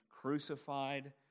crucified